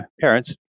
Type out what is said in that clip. parents